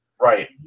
right